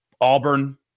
Auburn